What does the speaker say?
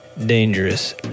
Dangerous